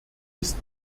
ist